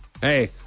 Hey